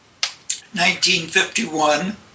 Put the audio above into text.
1951